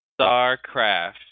StarCraft